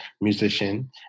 musician